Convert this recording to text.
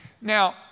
Now